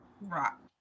Rock